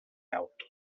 autos